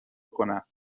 کنم